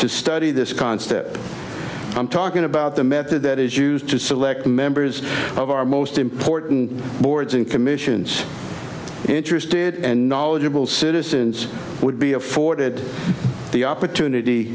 to study this concept i'm talking about the method that is used to select members of our most important boards and commissions interested and not citizens would be afforded the opportunity